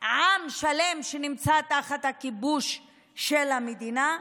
עם שלם שנמצא תחת הכיבוש של המדינה?